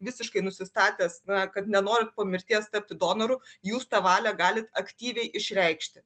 visiškai nusistatęs na kad nenorit po mirties tapti donoru jūs tą valią galit aktyviai išreikšti